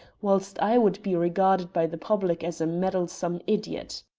whilst i would be regarded by the public as a meddlesome idiot.